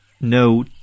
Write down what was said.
No